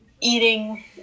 eating